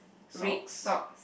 red socks